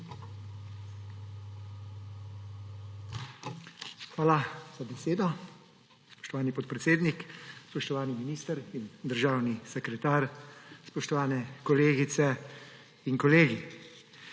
Hvala za besedo, spoštovani podpredsednik. Spoštovana minister in državni sekretar, spoštovani kolegice in kolegi!